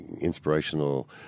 inspirational